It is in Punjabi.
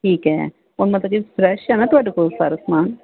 ਠੀਕ ਹੈ ਉਹ ਮਤਲਬ ਵੀ ਫਰੈਸ਼ ਆ ਨਾ ਤੁਹਾਡੇ ਕੋਲ ਸਾਰਾ ਸਮਾਨ